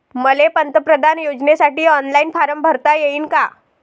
मले पंतप्रधान योजनेसाठी ऑनलाईन फारम भरता येईन का?